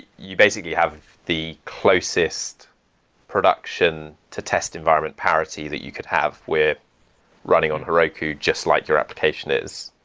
you basically have the closest production to test environment parity that you could have with running on heroku just like your application is.